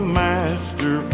master